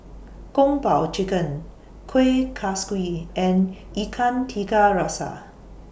Kung Po Chicken Kuih Kaswi and Ikan Tiga Rasa